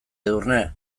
edurne